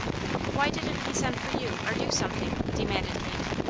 why didn't he send for you, or do something? demanded kate.